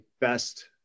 best